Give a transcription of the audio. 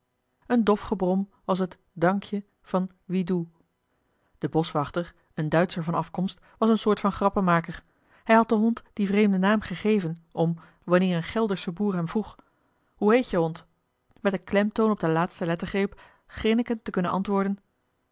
een dof gebrom was het dank je van wiedu de boschwachter een duitscher van afkomst was een soort van grappenmaker hij had den hond dien vreemden naam gegeven om wanneer een geldersche boer hem vroeg hoe heet je hond met den klemtoon op de laatste lettergreep grinnekend te kunnen antwoorden